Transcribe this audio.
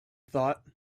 thought